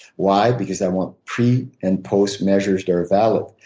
why? because i want pre and post measures that are valid.